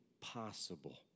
possible